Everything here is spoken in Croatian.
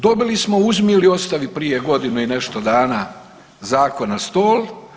Dobili smo „uzmi ili ostavi“ prije godinu i nešto dana zakon na stol.